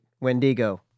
Wendigo